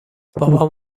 بابام